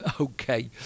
okay